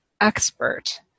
expert